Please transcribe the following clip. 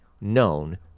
known